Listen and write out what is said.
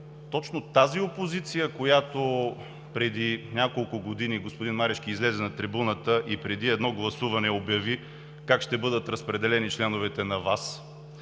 точно тази ли опозиция, която преди няколко години, господин Марешки, излезе на трибуната и преди едно гласуване обяви как ще бъдат разпределени членовете на ВАС;